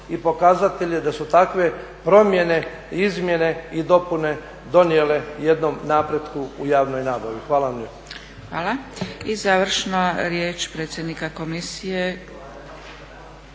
i pokazatelje da su takve promjene izmjene i dopune donijele jednom napretku u javnoj nabavi. Hvala vam lijepo.